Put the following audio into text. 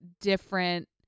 different